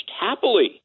happily